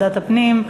ועדת הפנים,